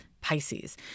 Pisces